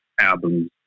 albums